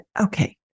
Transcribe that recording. okay